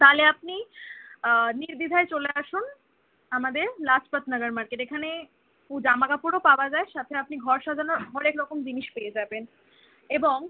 তালে আপনি নির্দ্বিধায় চলে আসুন আমাদের লাজপাত নগর মার্কেট এখানে জামা কাপড়ও পাওয়া যায় সাথে আপনি ঘর সাজানোর হরেক রকম জিনিস পেয়ে যাবেন এবং